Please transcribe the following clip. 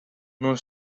non